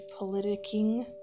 politicking